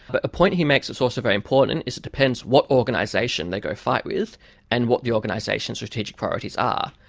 but a point he makes that's also very important is it depends what organisation they go fight with and what the organisation's strategic priorities are.